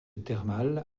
thermal